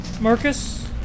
Marcus